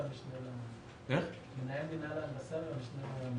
מנהל מינהל ההנדסה והמשנה...